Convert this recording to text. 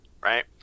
right